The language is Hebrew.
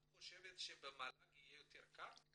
את חושבת שבמל"ג יהיה יותר קל?